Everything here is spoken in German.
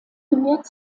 gehört